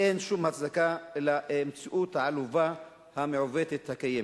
אין שום הצדקה למציאות העלובה והמעוותת הקיימת.